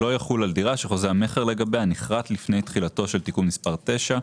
לא יחול על דירה שחוזה המכר לגביה נכרת לפני תחילתו של תיקון מספר 9,